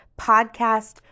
podcast